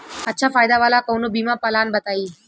अच्छा फायदा वाला कवनो बीमा पलान बताईं?